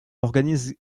organise